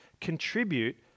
contribute